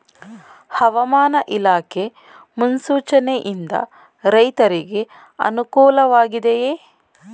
ಹವಾಮಾನ ಇಲಾಖೆ ಮುನ್ಸೂಚನೆ ಯಿಂದ ರೈತರಿಗೆ ಅನುಕೂಲ ವಾಗಿದೆಯೇ?